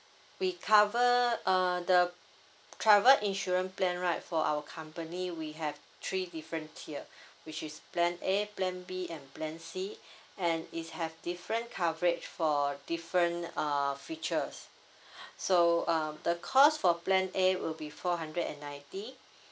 we cover uh the travel insurance plan right for our company we have three different tier which is plan A plan B and plan C and it have different coverage for different uh features so uh the cost for plan A will be four hundred and ninety